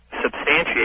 substantiate